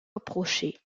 approcher